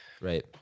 right